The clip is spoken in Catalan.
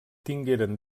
tingueren